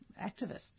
activists